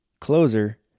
closer